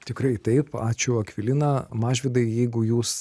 tikrai taip ačiū akvilina mažvydai jeigu jūs